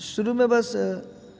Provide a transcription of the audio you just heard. شروع میں بس